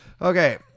Okay